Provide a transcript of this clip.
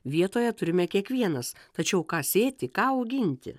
vietoje turime kiekvienas tačiau ką sėti ką auginti